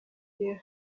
pierre